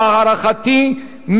להערכתי,